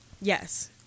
Yes